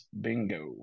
bingo